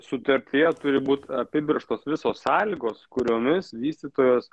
sutartyje turi būt apibrėžtos visos sąlygos kuriomis vystytojas